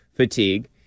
Fatigue